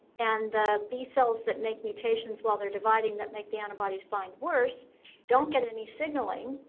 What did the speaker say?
and the b cells that make mutations while they're dividing that make the antibodies bind worse don't get any signaling,